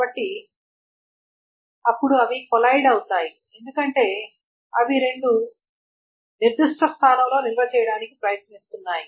కాబట్టి అప్పుడు అవి కొలైడ్ అవుతాయి ఎందుకంటే అవి రెండు నిర్దిష్ట స్థానంలో నిల్వ చేయడానికి ప్రయత్నిస్తున్నాయి